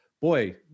Boy